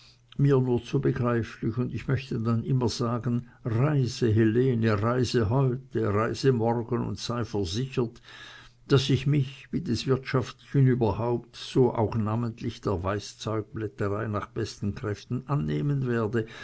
mir nur zu begreiflich und ich möchte dann immer sagen reise helene reise heute reise morgen und sei versichert daß ich mich wie des wirtschaftlichen überhaupt so auch namentlich der weißzeugplätterei nach besten kräften annehmen werde